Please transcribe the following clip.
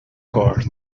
cords